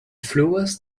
fluas